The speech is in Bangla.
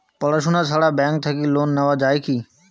পড়াশুনা ছাড়া ব্যাংক থাকি লোন নেওয়া যায় কি?